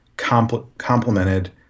complemented